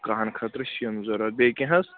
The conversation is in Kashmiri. کَہَن خٲطرٕ چھِ یِم ضوٚرَتھ بیٚیہِ کیٚنٛہہ حظ